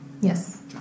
yes